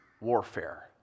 warfare